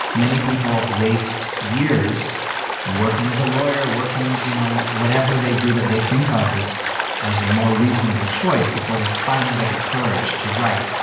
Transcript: many people waste years working as a lawyer, working you know whatever they do that they think of as as a more reasonable choice before they finally get the courage to write.